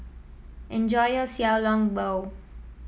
enjoy your Xiao Long Bao